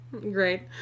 great